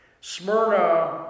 Smyrna